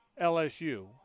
LSU